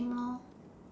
same lor